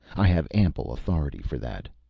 i have ample authority for that.